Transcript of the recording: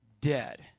Dead